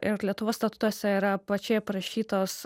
ir lietuvos statutuose yra plačiai aprašytos